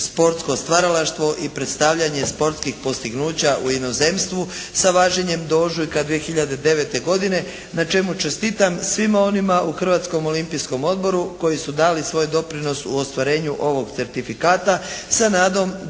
sportsko stvaralaštvo i predstavljanje sportskih postignuća u inozemstvu sa važenjem do ožujka 2009. godine na čemu čestitam svima onima u Hrvatskom olimpijskom odboru koji su dali svoj doprinos u ostvarenju ovog certifikata sa nadom da